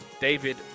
David